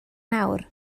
nawr